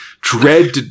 Dread